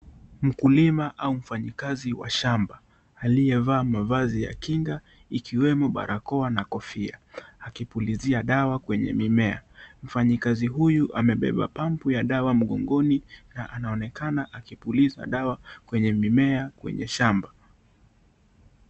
Mkulima au mfanyikazi wa shamba aliyevaa mavazi ya kinga ikiwemo barakoa na kofia akipulizia dawa kwenye mimea mfanyikazi huyu amebeba pump ya dawa mgongoni na anaonekana akipiluza dawa kwenye mimea kwenye shamba.